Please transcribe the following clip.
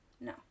No